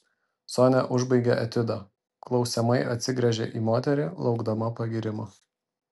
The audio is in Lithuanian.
sonia užbaigė etiudą klausiamai atsigręžė į moterį laukdama pagyrimo